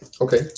Okay